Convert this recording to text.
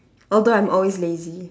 although I'm always lazy